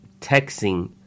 texting